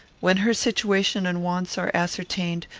when her situation and wants are ascertained,